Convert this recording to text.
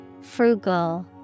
Frugal